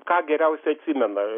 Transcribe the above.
ką geriausiai atsimena